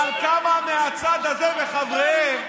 אבל כמה מהצד הזה, וחבריהם,